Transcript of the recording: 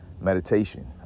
Meditation